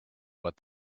what